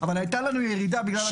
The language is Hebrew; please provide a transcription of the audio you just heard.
אבל הייתה לנו ירידה בגלל הקורונה.